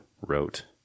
wrote